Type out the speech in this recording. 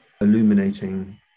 illuminating